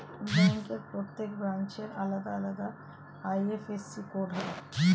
ব্যাংকের প্রত্যেক ব্রাঞ্চের আলাদা আলাদা আই.এফ.এস.সি কোড হয়